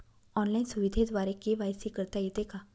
Online सुविधेद्वारे KYC करता येते का?